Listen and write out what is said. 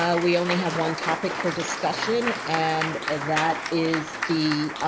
ah we only have one topic for discussion and that is the.